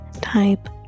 type